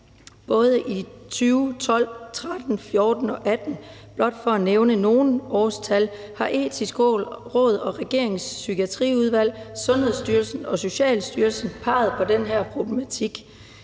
Både i 2012, 2013, 2014 og i 2018 – blot for at nævne nogle årstal – har Det Etiske Råd og regeringens psykiatriudvalg, Sundhedsstyrelsen og Socialstyrelsen peget på den her problematik.